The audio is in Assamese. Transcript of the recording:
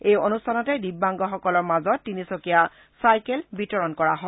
এই অনুষ্ঠানতে দিব্যাংগসকলৰ মাজত তিনিচকীয়া চাইকেল বিতৰণ কৰা হয়